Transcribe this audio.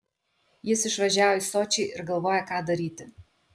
jis išvažiavo į sočį ir galvoja ką daryti